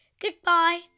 Goodbye